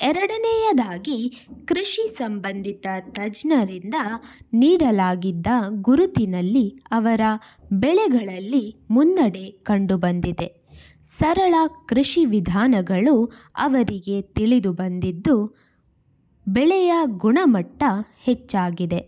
ಎರಡನೆಯದಾಗಿ ಕೃಷಿ ಸಂಬಂಧಿತ ತಜ್ಞರಿಂದ ನೀಡಲಾಗಿದ್ದ ಗುರುತಿನಲ್ಲಿ ಅವರ ಬೆಳೆಗಳಲ್ಲಿ ಮುನ್ನಡೆ ಕಂಡುಬಂದಿದೆ ಸರಳ ಕೃಷಿ ವಿಧಾನಗಳು ಅವರಿಗೆ ತಿಳಿದುಬಂದಿದ್ದು ಬೆಳೆಯ ಗುಣಮಟ್ಟ ಹೆಚ್ಚಾಗಿದೆ